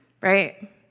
Right